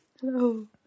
Hello